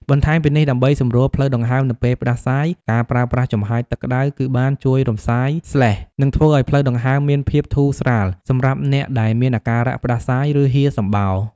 បន្ថែមពីនេះ ដើម្បីសម្រួលផ្លូវដង្ហើមនៅពេលផ្តាសាយ ការប្រើប្រាស់ចំហាយទឹកក្តៅគឺបានជួយរំលាយស្លេស្ម និងធ្វើឲ្យផ្លូវដង្ហើមមានភាពធូរស្រាល សម្រាប់អ្នកដែលមានអាការៈផ្តាសាយ ឬហៀរសំបោរ។